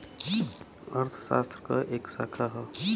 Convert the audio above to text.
अर्थशास्त्र क एक शाखा हौ